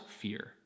fear